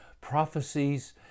prophecies